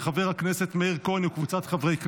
של חבר הכנסת מאיר כהן וקבוצת חברי הכנסת.